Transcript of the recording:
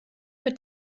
mit